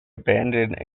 abandoned